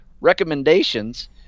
recommendations